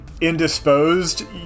indisposed